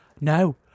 No